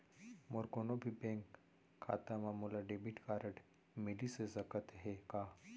मोर कोनो भी बैंक खाता मा मोला डेबिट कारड मिलिस सकत हे का?